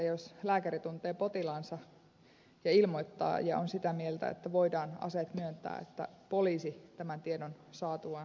jos lääkäri tuntee potilaansa ja ilmoittaa ja on sitä mieltä että voidaan aseet myöntää se ei vielä tarkoita sitä että poliisi tämän tiedon saatuaan reagoisi samalla tavalla